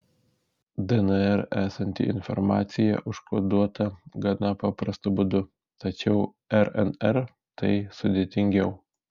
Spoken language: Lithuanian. dnr esanti informacija užkoduota gana paprastu būdu tačiau rnr tai sudėtingiau